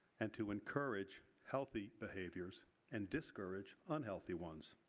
and to encourage healthy behaviors and discourage unhealthy ones.